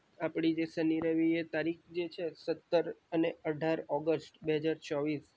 આપણી જે શનિ રવિ એ તારીખ જે છે સત્તર અને અઢાર ઓગસ્ટ બે હજાર ચોવીસ